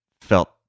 felt